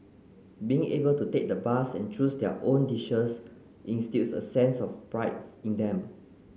being able to take the bus and choose their own dishes instils a sense of pride in them